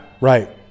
Right